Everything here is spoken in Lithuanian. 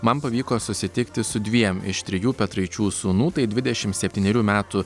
man pavyko susitikti su dviem iš trijų petraičių sūnų tai dvidešimt septynerių metų